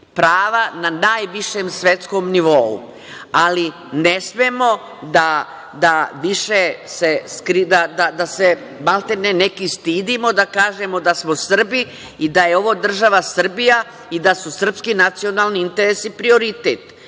prava na najvišem svetskom nivou, ali ne smemo da se, maltene, neki stidimo da kažemo da smo Srbi i da je ovo država Srbija i da su srpski nacionalni interesi prioritet.